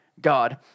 God